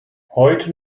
heute